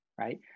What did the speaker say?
right